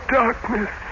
darkness